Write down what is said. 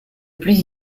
plus